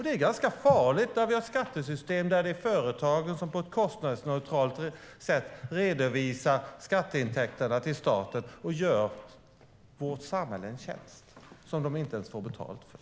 Det är farligt när det finns ett skattesystem där företagen på ett kostnadsneutralt sätt redovisar skatteintäkterna till staten och gör vårt samhälle en tjänst, som de inte ens får betalt för.